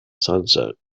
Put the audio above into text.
sunset